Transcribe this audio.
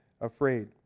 afraid